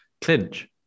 clinch